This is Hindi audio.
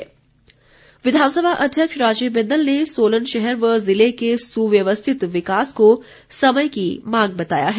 बिंदल विधानसभा अध्यक्ष राजीव बिंदल ने सोलन शहर व जिले के सुव्यवस्थित विकास को समय की मांग बताया है